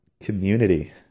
community